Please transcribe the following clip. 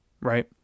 right